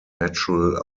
natural